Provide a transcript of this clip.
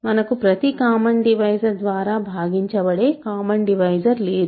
మనకు ప్రతి common divisor ద్వారా భాగించబడే కామన్ డివైజర్ లేదు